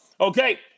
Okay